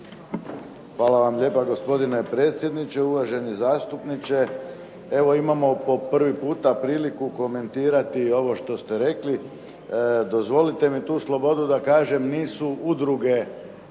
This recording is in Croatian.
Hvala vam lijepa. Gospodine predsjedniče, uvaženi zastupniče. Evo imamo po prvi puta priliku komentirati ovo što ste rekli. Dozvolite mi tu slobodu da kaže nisu udruge